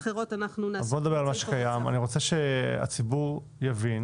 אני רוצה שהציבור יבין